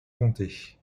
comté